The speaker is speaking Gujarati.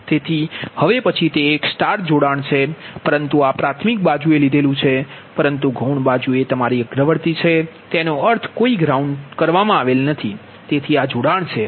તેથી હવે પછી તે એક સ્ટાર સ્ટાર જોડાણ છે પરંતુ આ પ્રાથમિક બાજુ લીધેલુ છે પરંતુ ગૌણ બાજુ એ તમારી અગ્રવર્તી છે તેનો અર્થ કોઈ ગ્રાઉન્ડ નથી તેથી આ જોડાણ છે